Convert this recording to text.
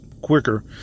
quicker